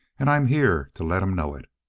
and i'm here to let him know it!